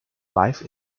life